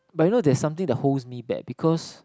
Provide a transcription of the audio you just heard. but you know that something that holds me back because